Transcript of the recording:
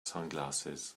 sunglasses